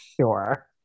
Sure